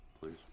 please